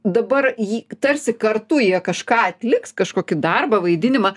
dabar jį tarsi kartu jie kažką atliks kažkokį darbą vaidinimą